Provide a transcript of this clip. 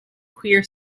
queer